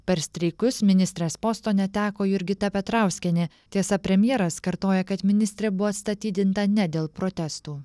per streikus ministrės posto neteko jurgita petrauskienė tiesa premjeras kartoja kad ministrė buvo atstatydinta ne dėl protestų